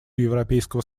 европейского